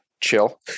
chill